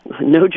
no